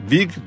Big